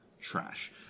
trash